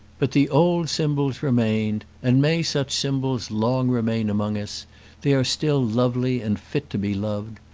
but the old symbols remained, and may such symbols long remain among us they are still lovely and fit to be loved.